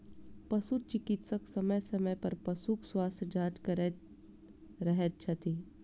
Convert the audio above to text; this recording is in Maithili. पशु चिकित्सक समय समय पर पशुक स्वास्थ्य जाँच करैत रहैत छथि